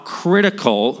critical